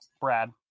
Brad